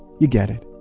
you get it.